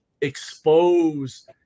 expose